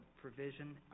provision